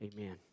amen